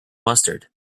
mustard